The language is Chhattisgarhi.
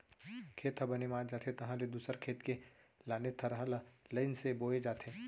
खेत ह बने मात जाथे तहाँ ले दूसर खेत के लाने थरहा ल लईन से बोए जाथे